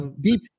deep